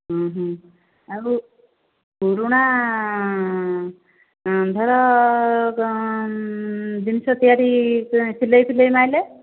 ହଁ ହଁ ଆଉ ପୁରୁଣା ଧର ଜିନିଷ ତିଆରି ସିଲେଇ ଫିଲେଇ ମାରିଲେ